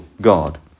God